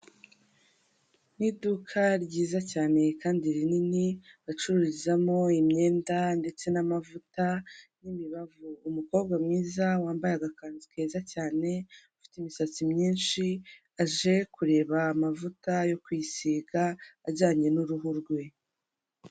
Ni iduka ryiza cyane kandi rinini bacururizamo imyenda ndetse n'amavuta n'imibavu, umukobwa mwiza wambaye agakanzu keza cyane ufite imisatsi myinshi aje kureba amavuta yo kwisiga ajyanye n'uruhu rwe.